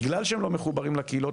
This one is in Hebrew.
בגלל שהם לא מחוברים לקהילות,